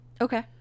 okay